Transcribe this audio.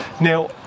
Now